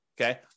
okay